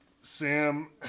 Sam